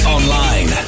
Online